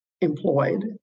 employed